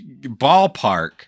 ballpark